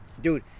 Dude